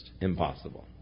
Impossible